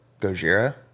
Gojira